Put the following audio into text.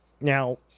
Now